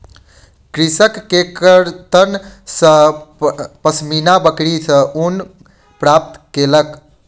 कृषक केशकर्तन सॅ पश्मीना बकरी सॅ ऊन प्राप्त केलक